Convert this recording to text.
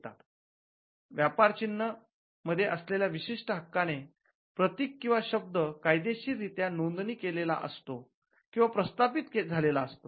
trade mark व्यापार चिन्ह मध्ये असलेल्या विशिष्ट हक्काने प्रतीक किंवा शब्द कायदेशीर रित्या नोंदणी केलेला असतो किंवा प्रस्थापित झालेला असतो